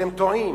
אתם טועים.